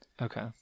okay